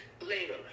later